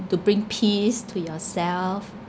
to bring peace to yourself